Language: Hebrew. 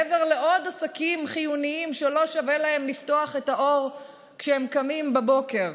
מעבר לעוד עסקים חיוניים שלא שווה להם לפתוח את האור כשהם קמים בבוקר.